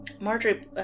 Marjorie